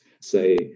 say